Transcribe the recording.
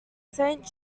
saint